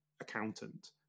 accountant